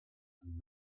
and